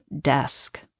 desk